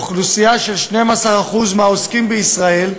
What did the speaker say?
אוכלוסייה של 12% מהעוסקים בישראל,